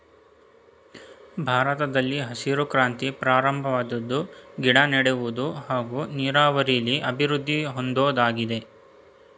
ಭಾರತದಲ್ಲಿ ಹಸಿರು ಕ್ರಾಂತಿ ಪ್ರಾರಂಭವಾದ್ವು ಗಿಡನೆಡುವುದು ಹಾಗೂ ನೀರಾವರಿಲಿ ಅಭಿವೃದ್ದಿ ಹೊಂದೋದಾಗಿದೆ